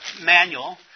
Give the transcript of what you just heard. manual